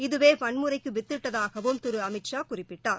இதுவேவன்முறைக்குவித்திட்டதாகவும் திருஅமித்ஷா குறிப்பிட்டார்